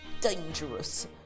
dangerous